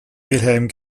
wilhelm